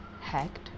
hacked